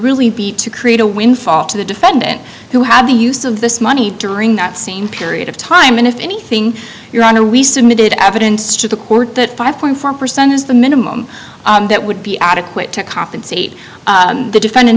really be to create a windfall to the defendant who had the use of this money during that same period of time and if anything your honor we submitted evidence to the court that five point four percent is the minimum that would be adequate to compensate the defend